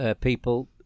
people